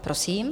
Prosím.